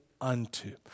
unto